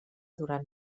durant